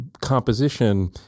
composition